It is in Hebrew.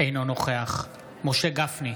אינו נוכח משה גפני,